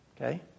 Okay